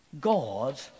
God